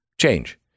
Change